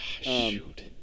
Shoot